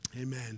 Amen